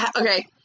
okay